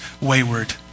wayward